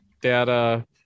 data